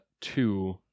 two